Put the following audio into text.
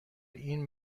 این